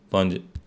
ਪੰਜ